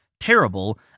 Terrible